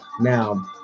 now